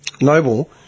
Noble